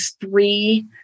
three